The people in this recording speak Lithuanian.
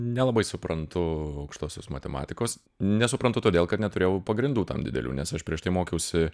nelabai suprantu aukštosios matematikos nesuprantu todėl kad neturėjau pagrindų tam didelių nes aš prieš tai mokiausi